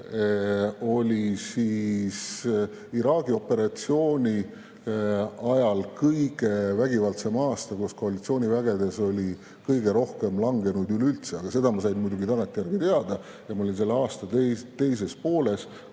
oli Iraagi operatsiooni ajal kõige vägivaldsem aasta, kus koalitsiooniüksustes oli kõige rohkem langenuid üleüldse. Aga seda ma sain alles tagantjärgi teada. Ma olin seal aasta teises pooles,